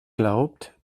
glaubt